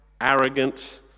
arrogant